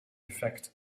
effect